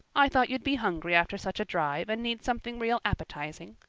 i thought you'd be hungry after such a drive and need something real appetizing.